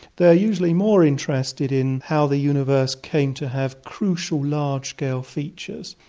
they are usually more interested in how the universe came to have crucial large-scale features,